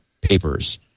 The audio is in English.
papers